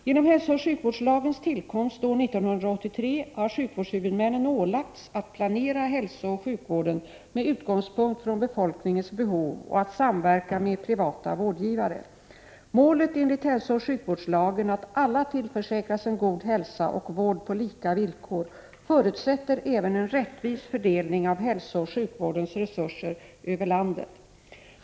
Genom hälsooch sjukvårdslagens tillkomst år 1983 har sjukvårdshuvudmännen ålagts att planera hälsooch sjukvården med utgångspunkt från befolkningens behov och att samverka med privata vårdgivare. Målet enligt hälsooch sjukvårdslagen, att alla tillförsäkras en god hälsa och vård på lika villkor, förutsätter även en rättvis fördelning av hälsooch sjukvårdens resurser över landet.